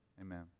amen